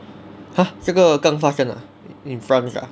!huh! 这个刚发生 ah in france ah